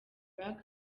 black